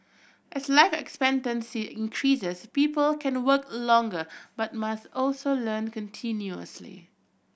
as life expectancy increases people can work longer but must also learn continuously